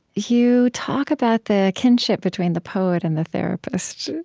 you talk about the kinship between the poet and the therapist.